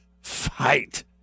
fight